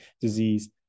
disease